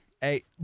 Hey